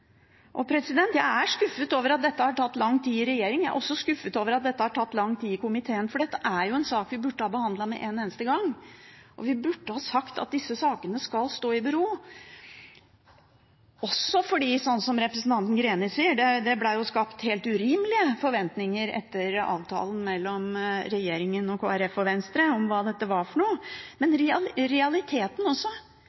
Jeg er skuffet over at dette har tatt lang tid i regjering. Jeg er også skuffet over at dette har tatt lang tid i komiteen, for dette er en sak vi burde behandlet med en eneste gang. Vi burde ha sagt at disse sakene skal stå i bero – også fordi, som representanten Greni sa, det ble skapt helt urimelige forventninger om hva dette var for noe, etter avtalen mellom regjeringen, Kristelig Folkeparti og Venstre. Men dette